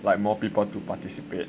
like more people to participate